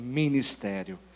ministério